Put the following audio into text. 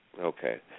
Okay